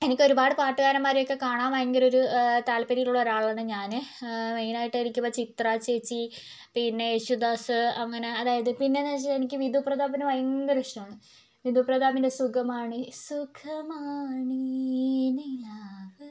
എനിക്ക് ഒരുപാട് പാട്ടുകാരന്മാരെയൊക്കെ കാണാൻ ഭയങ്കര ഒരു താല്പര്യമുള്ള ഒരാളാണ് ഞാന് മെയിനായിട്ട് എനിക്ക് ഇപ്പോൾ ചിത്ര ചേച്ചി പിന്നെ യേശുദാസ് അങ്ങനെ അതായത് പിന്നെന്നു വച്ചാൽ എനിക്ക് വിധുപ്രതാപിനെ ഭയങ്കര ഇഷ്ടമാണ് വിധുപ്രതാവിൻ്റെ സുഖമാണീ സുഖമാണീ നിലാവ്